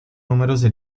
numerose